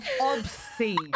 obscene